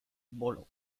bolo